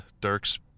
Dirk's